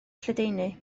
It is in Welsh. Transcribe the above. lledaenu